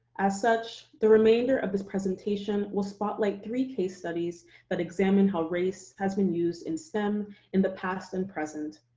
as such, the remainder of this presentation will spotlight three case studies that examine how race has been used in stem in the past and present,